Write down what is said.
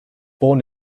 born